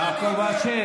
יעקב אשר,